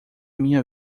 minha